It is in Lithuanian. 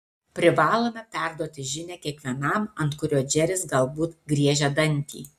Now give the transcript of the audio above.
privalome perduoti žinią kiekvienam ant kurio džeris galbūt griežia dantį